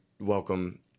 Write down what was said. Welcome